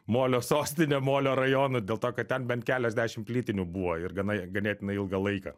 molio sostine molio rajonu dėl to kad ten bent keliasdešim plytinių buvo ir gana ganėtinai ilgą laiką